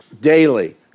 daily